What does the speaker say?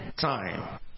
time